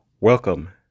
Welcome